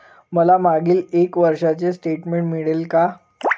मला मागील एक वर्षाचे स्टेटमेंट मिळेल का?